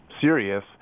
serious